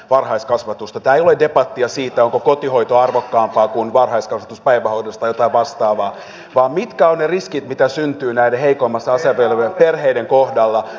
tämä ei ole debattia siitä onko kotihoito arvokkaampaa kuin varhaiskasvatus päivähoidossa tai jotain vastaavaa vaan siitä mitkä ovat ne riskit joita syntyy näiden heikoimmassa asemassa olevien perheiden kohdalla